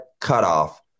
cutoff